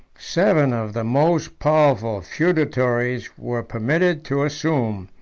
seven of the most powerful feudatories were permitted to assume,